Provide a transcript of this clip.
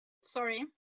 sorry